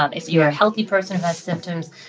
um if you are a healthy person who has symptoms,